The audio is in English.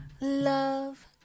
Love